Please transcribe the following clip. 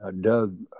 Doug